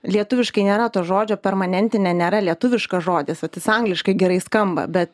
lietuviškai nėra to žodžio permanentinė nėra lietuviškas žodis vat jis angliškai gerai skamba bet